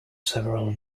several